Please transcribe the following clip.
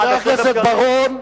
חבר הכנסת בר-און,